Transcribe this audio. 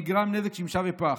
נגרם נזק לשמשה ופח.